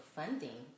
funding